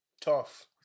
Tough